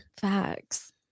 Facts